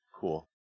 Cool